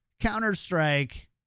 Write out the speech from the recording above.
Counter-Strike